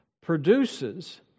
produces